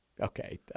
Okay